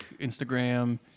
Instagram